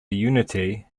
unity